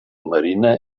marina